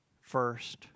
first